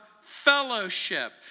fellowship